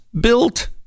built